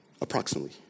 approximately